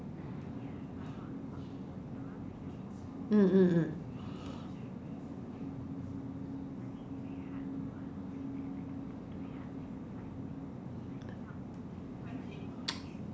mm mm mm